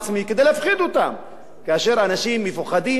כאשר אנשים מפוחדים הם מתנהגים כמו עדר,